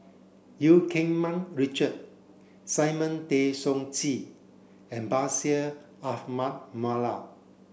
Eu Keng Mun Richard Simon Tay Seong Chee and Bashir Ahmad Mallal